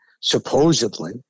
supposedly